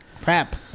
Prep